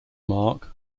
mark